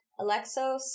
Alexos